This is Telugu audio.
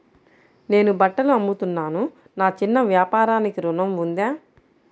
నేను బట్టలు అమ్ముతున్నాను, నా చిన్న వ్యాపారానికి ఋణం ఉందా?